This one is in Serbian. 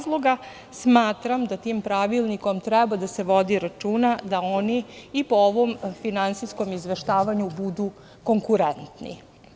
Smatram da tim pravilnikom treba da se vodi računa, da oni po ovom finansijskom izveštavanju budu konkurentni.